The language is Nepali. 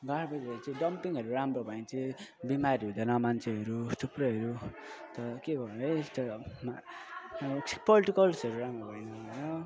गार्बेजहरू चाहिँ डम्पिङहरू राम्रो भएन चाहिँ बिमारी हुँदैन मान्छेहरू थुप्रैहरू अन्त के अब पोलिटिकल्सहरू राम्रो होइन होइन